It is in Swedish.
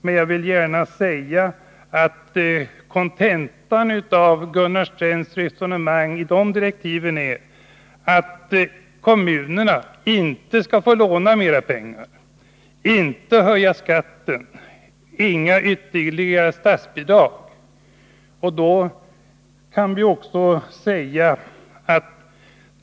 Men kontentan av Gunnar Strängs resonemang i dessa direktiv är att kommunerna inte skall få låna mer pengar, höja skatten eller erhålla ytterligare statsbidrag.